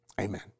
Amen